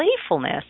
playfulness